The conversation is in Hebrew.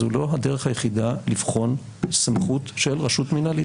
זו לא הדרך היחידה לבחון סמכות של רשות מינהלית.